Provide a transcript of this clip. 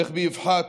איך באבחה,